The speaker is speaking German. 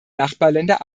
nachbarländer